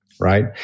right